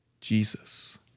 Jesus